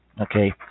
okay